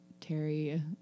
Terry